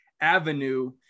avenue